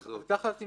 נניח שלושה תשלומים,